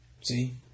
See